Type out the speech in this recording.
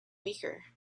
weaker